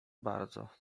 bardzo